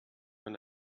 man